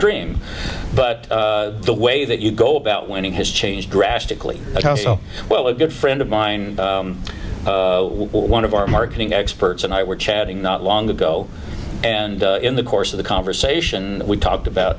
dream but the way that you go about winning has changed drastically so well a good friend of mine one of our marketing experts and i were chatting not long ago and in the course of the conversation we talked about